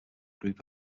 group